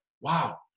wow